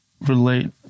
relate